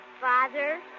father